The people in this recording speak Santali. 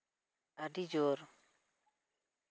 ᱟᱹᱰᱤ ᱡᱳᱨ